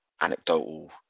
anecdotal